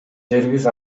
жерибиз